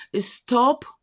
Stop